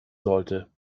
sollte